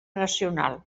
nacional